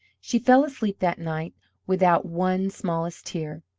she fell asleep that night without one smallest tear.